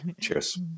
Cheers